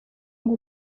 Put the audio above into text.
ngo